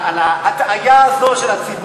עכשיו שקט, מחר אני יכול ללכת?